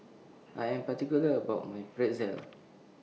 I Am particular about My Pretzel